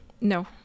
no